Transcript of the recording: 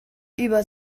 über